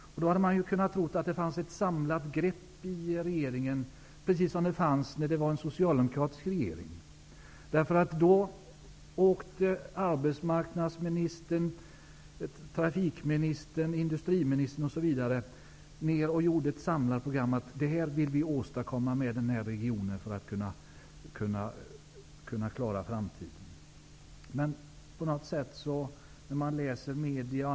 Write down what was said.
Man hade kunnat tro att det skulle finnas ett samlat grepp i regeringen, precis som det fanns då vi hade en socialdemokratisk regering. Då åkte arbetsmarknadsministern, trafikministern, industriministern osv. ner och presenterade ett samlat program, där man angav vad man ville åstadkomma i regionen för att klara framtiden.